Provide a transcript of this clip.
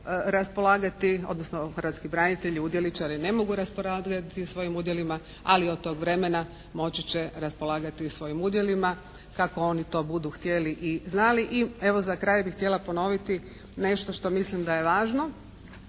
odnosno hrvatski branitelji udjeličari ne mogu raspolagati svojim udjelima ali od tog vremena moći će raspolagati svojim udjelima kako oni to budu htjeli i znali. I evo za kraj bi htjela ponoviti nešto što mislim da je važno,